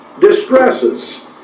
distresses